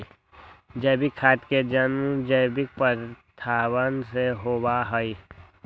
जैविक खाद के जन्म जैविक पदार्थवन से होबा हई